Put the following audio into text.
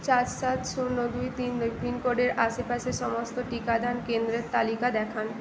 চার সাত শূন্য দুই তিন দুই পিনকোডের আশেপাশের সমস্ত টিকাদান কেন্দ্রের তালিকা দেখান